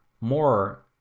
more